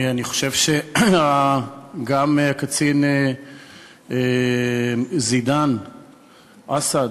אני חושב שגם הקצין ג'דעאן אסעד,